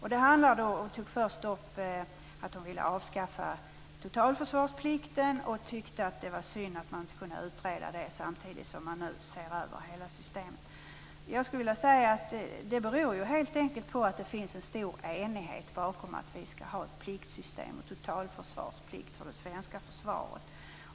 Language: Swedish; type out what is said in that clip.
Hon ville först och främst avskaffa totalförsvarsplikten och tyckte att det var synd att man inte kunde utreda den frågan samtidigt som man nu ser över hela systemet. Jag vill peka på att detta helt enkelt beror på att det finns en stor enighet om att vi skall ha ett pliktsystem och en totalförsvarsplikt i det svenska försvaret.